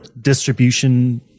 distribution